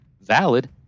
valid